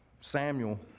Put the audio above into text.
Samuel